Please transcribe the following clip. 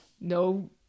no